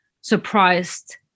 surprised